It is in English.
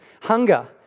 hunger